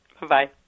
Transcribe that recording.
Bye-bye